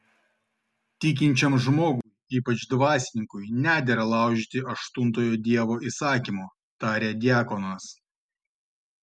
tikinčiam žmogui ypač dvasininkui nedera laužyti aštuntojo dievo įsakymo tarė diakonas